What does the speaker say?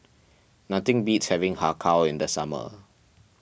nothing beats having Har Kow in the summer